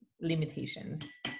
limitations